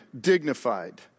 dignified